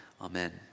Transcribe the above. Amen